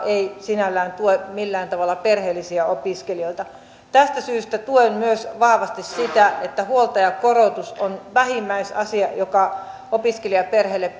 ei sinällään tue millään tavalla perheellisiä opiskelijoita tästä syystä tuen myös vahvasti sitä että huoltajakorotus on vähimmäisasia joka opiskelijaperheelle